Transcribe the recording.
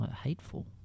hateful